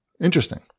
Interesting